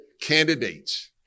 candidates